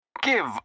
Give